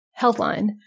Healthline